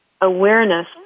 awareness